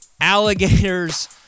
alligators